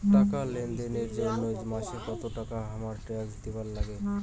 টাকা লেনদেন এর জইন্যে মাসে কত টাকা হামাক ট্যাক্স দিবার নাগে?